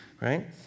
right